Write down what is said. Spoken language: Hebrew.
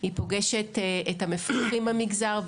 היא פוגשת את המפקחים במגזר,